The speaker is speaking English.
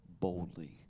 boldly